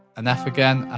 an f again